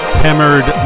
hammered